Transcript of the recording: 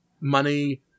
money